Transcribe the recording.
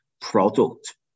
product